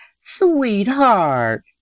sweetheart